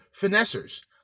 finessers